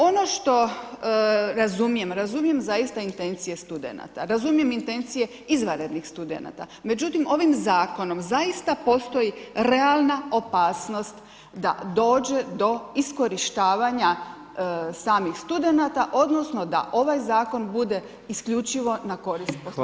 Ono što razumijem, razumijem zaista intencije studenata, razumijem intencije izvanrednih studenata, međutim ovim zakonom zaista postoji realna opasnost da dođe do iskorištavanja samih studenata odnosno da ovaj zakon bude isključivo na korist poslodavaca.